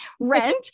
rent